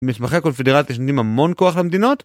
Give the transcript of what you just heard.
מסמכי הקונפדרציה שנותנים המון כוח למדינות